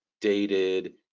dated